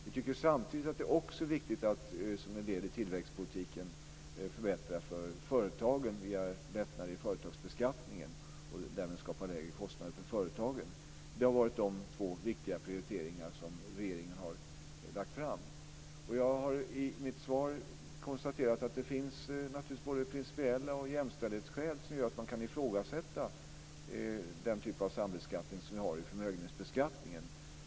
Vi tycker samtidigt att det också är viktigt att som en del i tillväxtpolitiken förbättra för företagen genom lättnader i företagsbeskattningen och därmed skapa lägre kostnader för företagen. Detta har varit de två viktiga prioriteringar som regeringen har lagt fram. Jag har i mitt svar konstaterat att det naturligtvis finns både principiella skäl och jämställdhetsskäl som gör att man kan ifrågasätta den typen av sambeskattning som vi har i förmögenhetsbeskattningen.